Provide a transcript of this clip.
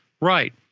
right